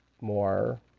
more